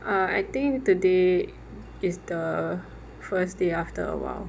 err I think today is the first day after awhile